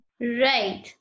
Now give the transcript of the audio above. Right